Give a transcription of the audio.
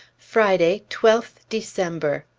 friday, twelfth december.